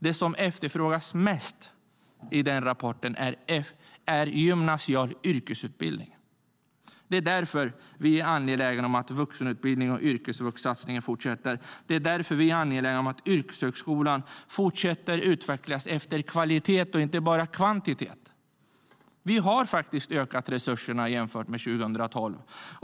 Det som efterfrågas mest i rapporten är gymnasial yrkesutbildning. Det är därför vi är angelägna om att satsningen på yrkesutbildning och yrkesvux fortsätter. Det är därför vi är angelägna om att yrkeshögskolan fortsätter att utvecklas efter kvalitet och inte bara kvantitet. Vi har faktiskt ökat resurserna jämfört med 2012.